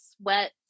sweat